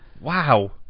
Wow